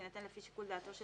יינתן לפי שיקול דעתו של